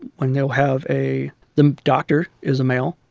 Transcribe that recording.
when you'll have a the doctor is a male.